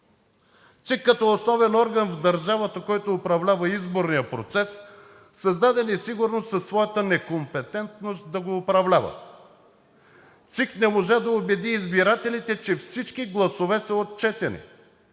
ЦИК като основен орган в държавата, който управлява изборния процес, създаде несигурност със своята некомпетентност да го управлява. ЦИК не можа да убеди избирателите, че всички гласове са отчетени.